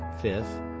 fifth